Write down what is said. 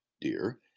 dear